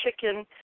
chicken